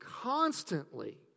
constantly